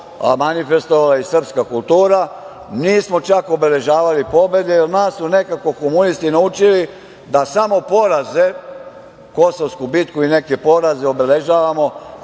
manifestovala i srpska kultura. Nismo čak obeležavali pobede, jer nas su nekako komunisti naučili da samo poraze, Kosovsku bitku i neke poraze obeležavamo,